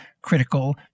critical